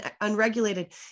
unregulated